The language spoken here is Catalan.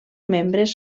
membres